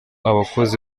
abakozi